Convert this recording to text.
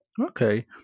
okay